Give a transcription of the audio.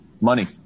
money